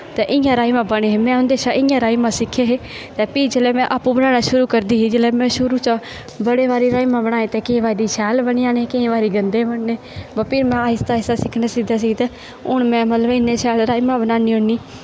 ते इ'यां राजमांह् बने हे में उं'दे शा इ'यां राजमांह् सिक्खे हे ते फ्ही जेल्लै में आपू बनाना शुरू करदी ही जेल्लै में शुरू च बड़े बारी राजमांह् बनाए ते केईं बारी शैल बनी जाने केईं बारे गंदे बनने पर फ्ही में आहिस्ता आहिस्ता सिखने सिखदे सिखदे हून में मतलब इन्ने शैल राजमांह् बनान्नी होन्नी